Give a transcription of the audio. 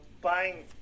buying